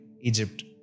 Egypt